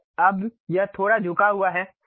तो अब यह थोड़ा झुका हुआ है